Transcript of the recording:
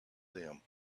them